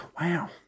Wow